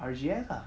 R_G_S lah